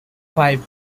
five